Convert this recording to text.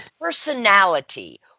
personality